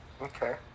okay